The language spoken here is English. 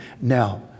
Now